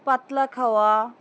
Patlakhawa